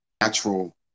natural